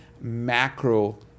macro